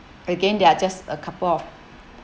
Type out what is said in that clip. again they are just a couple of